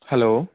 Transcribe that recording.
hello